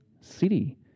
city